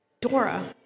Dora